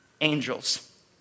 Angels